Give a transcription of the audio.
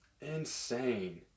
insane